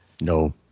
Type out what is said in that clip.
No